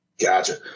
Gotcha